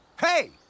Hey